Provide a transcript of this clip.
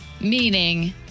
Meaning